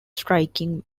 striking